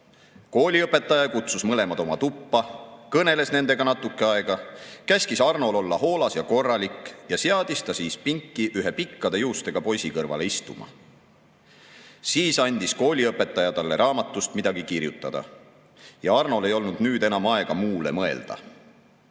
Kooliõpetaja kutsus mõlemad oma tuppa, kõneles nendega natuke aega, käskis Arnol olla hoolas ja korralik ja seadis ta siis pinki ühe pikkade juustega poisi kõrvale istuma. Siis andis kooliõpetaja talle raamatust midagi kirjutada, ja Arnol ei olnud nüüd enam aega muule mõtelda.